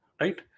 Right